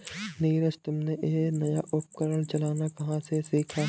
नीरज तुमने यह नया उपकरण चलाना कहां से सीखा?